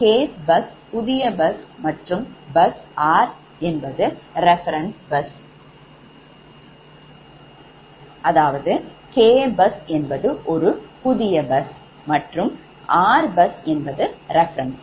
k bus புதிய bus மற்றும் bus r reference bus